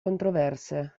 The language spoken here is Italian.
controverse